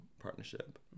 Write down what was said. partnership